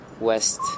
west